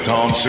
Tom